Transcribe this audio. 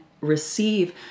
receive